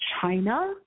China